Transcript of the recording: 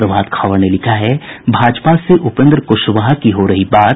प्रभात खबर ने लिखा है भाजपा से उपेन्द्र कुशवाहा की हो रही बात